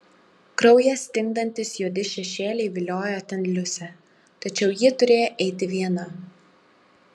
kraują stingdantys juodi šešėliai viliojo ten liusę tačiau ji turėjo eiti viena